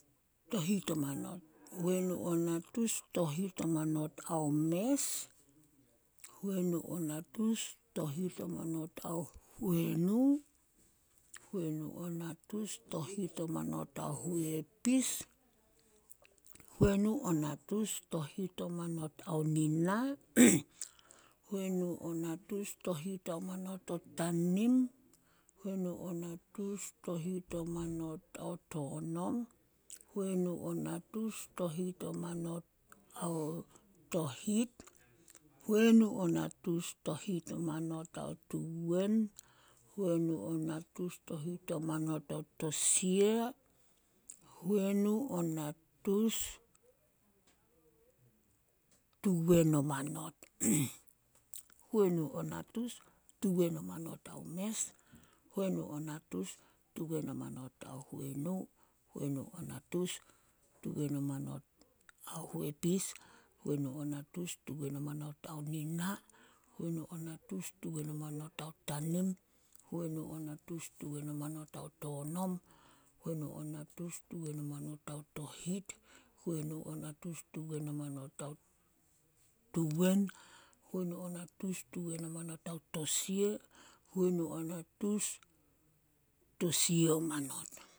﻿Tohit o manot. Huenu o natus tohit o manot ao mes, huenu o natus tohit o manot ao huenu, huenu o natus tohit o manot ao huepis, huenu o natus tohit o manot ao nina, huenu o natus tohit o manot ao tanim, huenu o natus tohit o manot ao tonom, huenu o natuus tohit o manot ao tohit, huenu o natus tohit ao tuwen, huenu o natus tohit o manot ao tosia huenu o natus towen o manot. Huenu o natus tuwen o manot ao mes, huenu o natus tuwen o manot ao huenu, huenu o natus tuwen o manot ao huepis, huenu o natus tuwen o manot ao nina, huenu o natus tuwen o manot ao tanim, huenu o natus tuwen o manot ao tonom, huenu o natus tuwen o manot ao tohit, huenu o natus tuwen o manot ao tuwen, huenu o matus tuwen o manot ao tosia, huenu o natus tosia o manot.